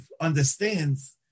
understands